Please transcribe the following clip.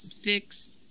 fix